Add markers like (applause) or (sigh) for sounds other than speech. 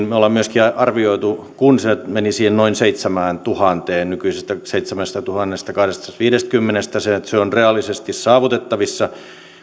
(unintelligible) me olemme myöskin arvioineet kun se meni siihen noin seitsemääntuhanteen nykyisestä seitsemästätuhannestakahdeksastasadastaviidestäkymmenestä että se on reaalisesti saavutettavissa